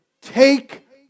take